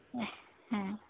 ᱦᱮᱸ